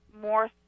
more